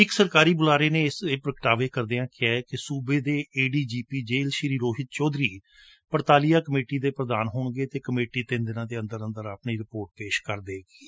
ਇੱਕ ਸਰਕਾਰੀ ਬੁਲਾਰੇ ਨੇ ਇਹ ਪ੍ਰਗਟਾਵੇ ਕਰਦਿਆਂ ਕਿਹਾ ਕਿ ਸੂਬੇ ਦੇ ਏਡੀਜੀਪੀ ਜੇਲੁ ਸ਼੍ਰੀ ਰੋਹਿਤ ਚੌਧਰੀ ਪੜਤਾਲੀਆ ਕਮੇਟੀ ਦੇ ਪ੍ਰਧਾਨ ਹੋਣਗੇ ਅਤੇ ਕਮੇਟੀ ਤਿੰਨ ਦਿਨਾਂ ਦੇ ਅੰਦਰ ਅੰਦਰ ਆਪਣੀ ਰਿਪੋਰਟ ਪੇਸ਼ ਕਰੇਗੀ